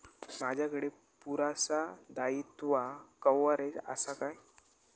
माजाकडे पुरासा दाईत्वा कव्हारेज असा काय?